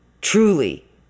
truly